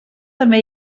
també